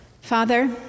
Father